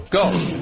go